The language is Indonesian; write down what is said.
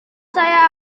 saya